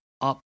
up